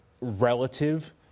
relative